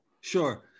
Sure